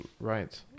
right